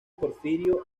porfirio